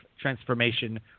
Transformation